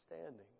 standing